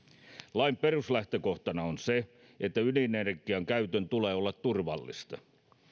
lain peruslähtökohtana on se että ydinenergian käytön tulee olla turvallista